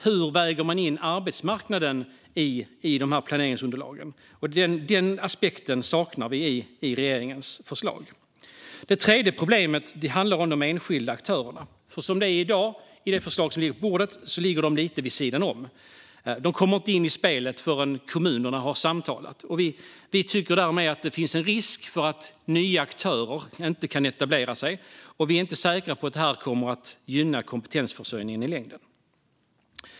Hur väger man in arbetsmarknaden i planeringsunderlagen? Den aspekten saknar vi i regeringens förslag. Det tredje problemet handlar om de enskilda aktörerna. I det förslag som ligger på bordet i dag är de lite vid sidan om. De kommer inte in i spelet förrän kommunerna har samtalat. Vi tycker att det därmed finns en risk för att nya aktörer inte kan etablera sig, och vi är inte säkra på att det här kommer att gynna kompetensförsörjningen i längden.